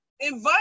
Invite